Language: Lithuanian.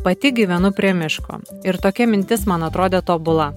pati gyvenu prie miško ir tokia mintis man atrodė tobula